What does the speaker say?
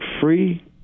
free